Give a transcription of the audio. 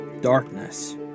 darkness